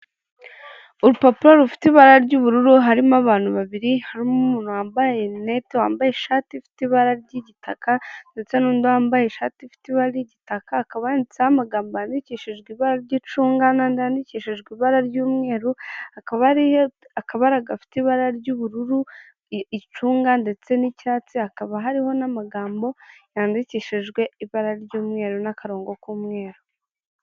Urupapuro rufite ibara ry'ubururu harimo abantu babiri hari wambaye rinete wambaye ishati ifite ibara ry'igitaka ndetse n'undi wambaye ishati ifite ibara akaba ry'igitaka akaba yanditseho amagambo yandikishijwe ibara ry'icunga n'andi yandikishijwe ibara ry'umweru, akaba hariho akabara gafite ibara ry'ubururu icunga, ndetse n'icyatsi hakaba hariho n'amagambo yandikishijwe ibara ry'umweru n'akarongo k'umweru.